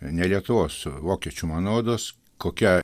ne lietuvos vokiečių mano rodos kokia